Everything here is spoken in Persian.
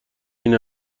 این